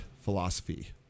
philosophy